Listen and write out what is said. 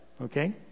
Okay